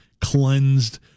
cleansed